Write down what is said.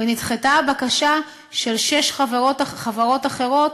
ונדחתה הבקשה של שש חברות אחרות,